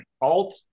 Alt